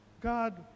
God